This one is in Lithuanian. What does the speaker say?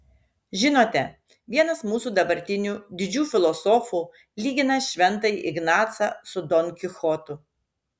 žinote vienas mūsų dabartinių didžių filosofų lygina šventąjį ignacą su don kichotu